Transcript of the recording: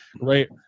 right